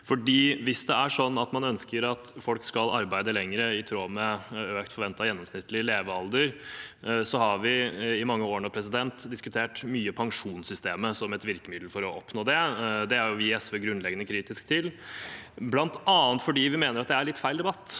at man ønsker at folk skal arbeide lenger, i tråd med økt forventet gjennomsnittlig levealder, har vi i mange år nå – og mye – diskutert pensjonssystemet som et virkemiddel for å oppnå det. Det er vi i SV grunnleggende kritiske til, bl.a. fordi vi mener at det er en litt feil debatt.